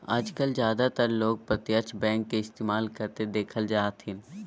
आजकल ज्यादातर लोग प्रत्यक्ष बैंक के इस्तेमाल करते देखल जा हथिन